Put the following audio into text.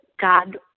God